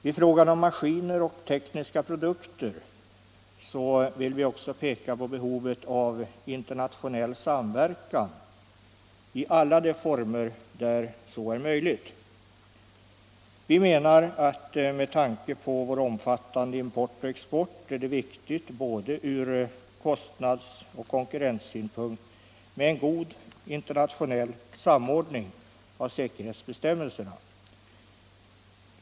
I fråga om maskiner och tekniska produkter vill vi också peka på behovet av internationell samverkan i alla de former där så är möjligt. Med tanke på vår omfattande import och export är en god internationell samordning av säkerhetsbestämmelserna viktig från både kostnads och konkurrenssynpunkt.